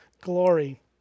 glory